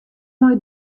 mei